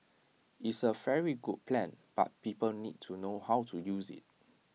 is A very good plan but people need to know how to use IT